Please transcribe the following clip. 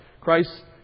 Christ